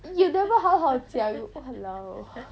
you never 好好讲 !walao!